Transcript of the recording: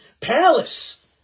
palace